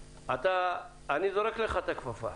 אזרוק לך כפפה,